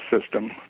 system